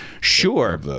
Sure